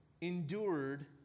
endured